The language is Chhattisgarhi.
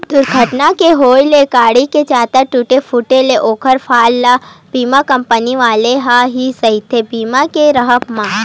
दूरघटना के होय ले गाड़ी के जादा टूटे फूटे ले ओखर भार ल बीमा कंपनी वाले ह ही सहिथे बीमा के राहब म